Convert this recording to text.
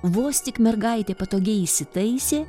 vos tik mergaitė patogiai įsitaisė